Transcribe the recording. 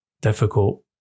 difficult